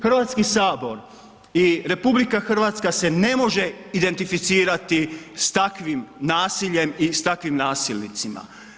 Hrvatski sabor i RH se ne može identificirati sa takvim nasiljem i sa takvim nasilnicima.